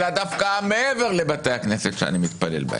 אלא דווקא מעבר לבתי הכנסת שאני מתפלל בהם,